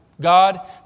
God